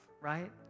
right